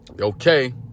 Okay